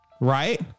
Right